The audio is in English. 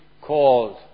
called